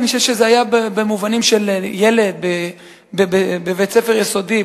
אני חושב שזה היה במובנים של ילד בבית-ספר יסודי,